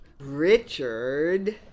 Richard